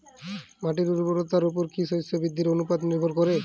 মাটির উর্বরতার উপর কী শস্য বৃদ্ধির অনুপাত নির্ভর করে?